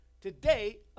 today